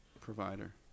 provider